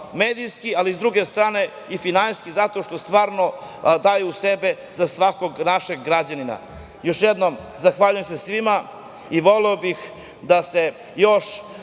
medijski, ali s druge strane i finansijski zato što stvarno daju sebe za svakog našeg građanina. Još jednom, zahvaljujem se svima i voleo bih, pozivam